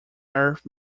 earth